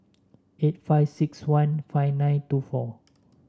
eight five six one five nine two four